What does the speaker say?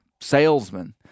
salesman